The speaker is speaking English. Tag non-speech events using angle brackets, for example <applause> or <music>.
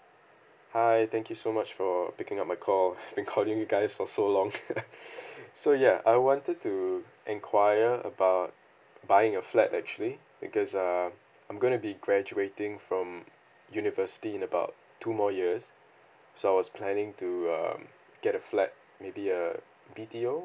hi thank you so much for picking up my call <laughs> I've been calling you guys for so long <laughs> so ya I wanted to enquire about buying a flat actually because err I'm going to be graduating from university in about two more years so I was planning to um get a flat maybe a B_T_O